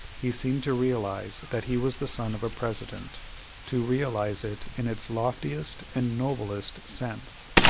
he seemed to realize that he was the son of a president to realize it in its loftiest and noblest sense.